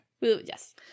Yes